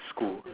school